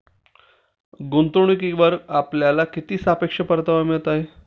गुंतवणूकीवर आपल्याला किती सापेक्ष परतावा मिळत आहे?